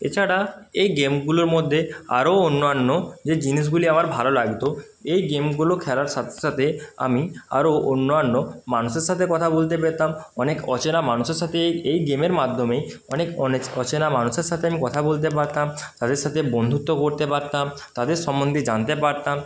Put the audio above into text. এছাড়া এই গেমগুলোর মধ্যে আরও অন্যান্য যে জিনিসগুলি আমার ভালো লাগত এই গেমগুলো খেলার সাথে সাথে আমি আরও অন্যান্য মানুষের সাথে কথা বলতে পেতাম অনেক অচেনা মানুষের সাথে এই এই গেমের মাধ্যমেই অনেক অনেক অচেনা মানুষের সাথে আমি কথা বলতে পারতাম তাদের সাথে বন্ধুত্ব করতে পারতাম তাদের সম্বন্ধে জানতে পারতাম